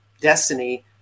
destiny